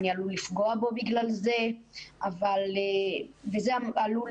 אני עלול לפגוע בו בגלל זה וזה עלול